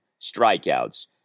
strikeouts